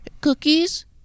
cookies